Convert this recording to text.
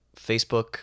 Facebook